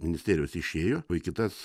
ministerijos išėjo va į kitas